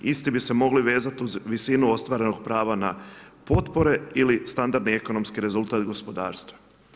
Isti bi se mogli vezati uz visinu ostvarenog prava na potpore ili standardi ekonomski rezultat gospodarstva.